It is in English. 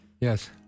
Yes